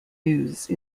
use